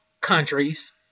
countries